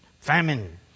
famine